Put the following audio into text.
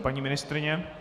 Paní ministryně?